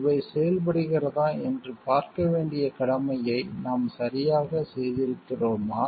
இவை செயல்படுகிறதா என்று பார்க்க வேண்டிய கடமையை நாம் சரியாகச் செய்திருக்கிறோமா